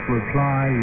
reply